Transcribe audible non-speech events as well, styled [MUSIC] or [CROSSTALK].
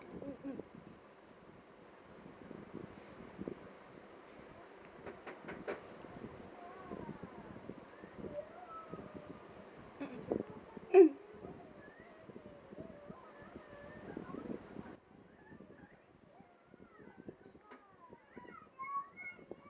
[NOISE]